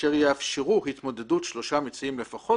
אשר יאפשרו התמודדות שלושה מציעים לפחות,